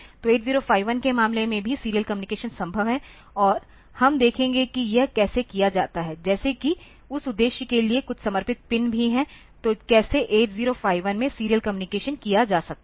तो 8051 के मामले में भी सीरियल कम्युनिक्शन संभव है और हम देखेंगे कि यह कैसे किया जाता है जैसे कि उस उद्देश्य के लिए कुछ समर्पित पिन भी हैं तो कैसे 8051 में सीरियल कम्युनिकेशन किया जा सकता है